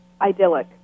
idyllic